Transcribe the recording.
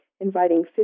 inviting